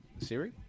Siri